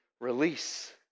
release